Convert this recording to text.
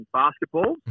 basketball